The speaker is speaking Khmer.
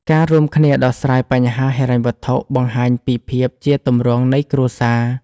ការរួមគ្នាដោះស្រាយបញ្ហាហិរញ្ញវត្ថុបង្ហាញពីភាពជាទម្រង់នៃគ្រួសារ។